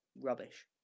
rubbish